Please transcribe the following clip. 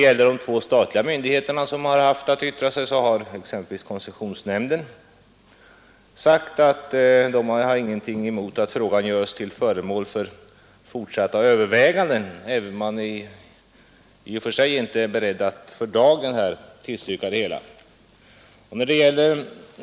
Koncessionsnämnden har anfört att den inte har någonting emot att frågan görs till föremål för fortsatta överväganden, även om man för dagen inte är beredd att tillstyrka motionen.